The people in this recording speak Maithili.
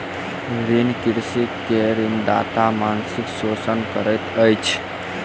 ऋणी कृषक के ऋणदाता मानसिक शोषण करैत अछि